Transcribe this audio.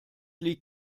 liegt